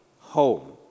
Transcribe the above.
home